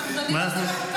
אנחנו דנים --- חוקה.